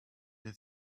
have